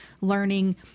learning